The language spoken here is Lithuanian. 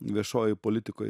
viešojoj politikoj